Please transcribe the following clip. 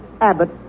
Abbott